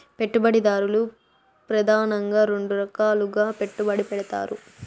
పెట్టుబడిదారులు ప్రెదానంగా రెండు రకాలుగా పెట్టుబడి పెడతారు